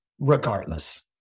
Regardless